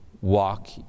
walk